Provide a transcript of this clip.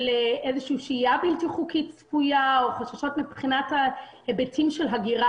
איזושהי שהייה בלתי חוקית צפויה או חששות מבחינת ההיבטים של הגירה,